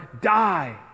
die